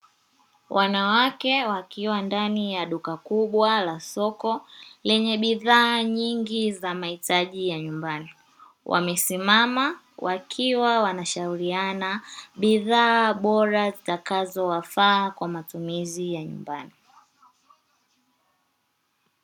Wanawake wakiwa ndani ya duka kubwa la soko lenye bidhaa nyingi za mahiaji ya nyumbani, wamesimama wanashauriana wakiwa na bidhaa bora zinazofaa kwa matumizi ya nyumbani.